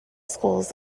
schools